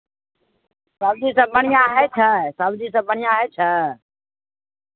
सबजी सभ बढ़िआँ होइ छै सबजी सभ बढ़िआँ होइ छै